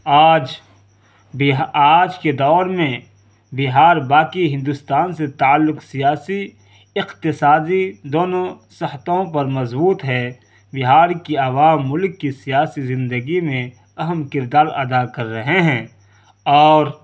آج آج کے دور میں بہار باقی ہندوستان سے تعلق سیاسی اقتصادی دونوں سخطوں پر مضبوط ہے بہار کی عوام ملک کی سیاسی زندگی میں اہم کردار ادا کر رہے ہیں اور